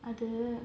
அது:athu